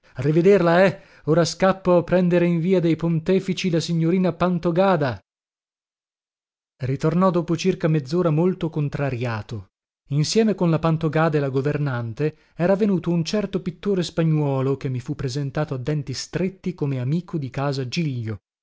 rivederla eh ora scappo a prendere in via dei pontefici la signorina pantogada ritornò dopo circa mezzora molto contrariato insieme con la pantogada e la governante era venuto un certo pittore spagnuolo che mi fu presentato a denti stretti come amico di casa giglio